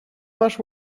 masz